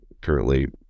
currently